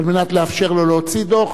על מנת לאפשר לו להוציא דוח.